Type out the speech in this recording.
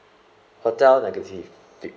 hotel negative feedback